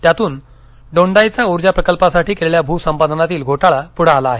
त्यातून दोंडाईचा ऊर्जा प्रकल्पासाठी केलेल्या भूसंपादनातील घोटाळा पुढे आला आहे